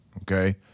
okay